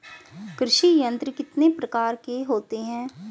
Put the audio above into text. कृषि यंत्र कितने प्रकार के होते हैं?